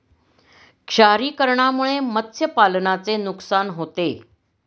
क्षारीकरणामुळे मत्स्यपालनाचे नुकसान होते